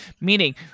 Meaning